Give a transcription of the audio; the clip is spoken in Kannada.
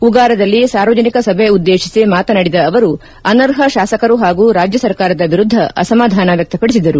ಉಗಾರದಲ್ಲಿ ಸಾರ್ವಜನಿಕ ಸಭೆ ಉದ್ಲೇಶಿಸಿ ಮಾತನಾಡಿದ ಅವರು ಅನರ್ಪ ಶಾಸಕರು ಹಾಗೂ ರಾಜ್ಯ ಸರ್ಕಾರದ ವಿರುದ್ದ ಅಸಮಾಧಾನ ವ್ಯಕ್ತಪಡಿಸಿದರು